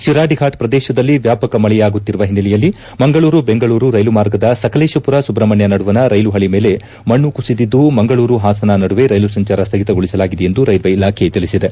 ಶಿರಾಡಿ ಫಾಟ್ ಪ್ರದೇಶದಲ್ಲಿ ವ್ಯಾಪಕ ಮಳೆಯಾಗುತ್ತಿರುವ ಹಿನ್ನೆಲೆಯಲ್ಲಿ ಮಂಗಳೂರು ಬೆಂಗಳೂರು ರೈಲು ಮಾರ್ಗದ ಸಕಲೇಶಪುರ ಸುಬ್ರಹ್ಮಣ್ಯ ನಡುವಣ ರೈಲು ಹಳ ಮೇಲೆ ಮಣ್ಣು ಕುಸಿದಿದ್ದು ಮಂಗಳೂರು ಹಾಸನ ನಡುವೆ ರೈಲು ಸಂಚಾರ ಸ್ಥಗಿತಗೊಳಿಸಲಾಗಿದೆ ಎಂದು ರೈದ್ವೆ ಇಲಾಖೆ ತಿಳಿಸಿದೆ